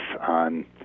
on